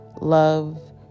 love